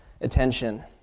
attention